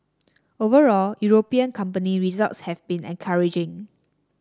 overall European company results have been encouraging